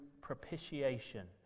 propitiation